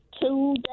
two